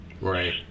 right